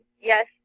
Yes